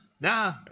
nah